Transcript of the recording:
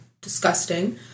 Disgusting